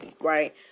right